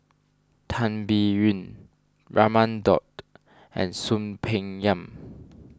Tan Biyun Raman Daud and Soon Peng Yam